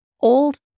old